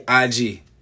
IG